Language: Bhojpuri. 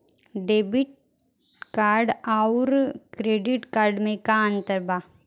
डेबिट कार्ड आउर क्रेडिट कार्ड मे का अंतर बा?